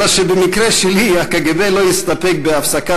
אלא שבמקרה שלי הקג"ב לא הסתפק בהפסקת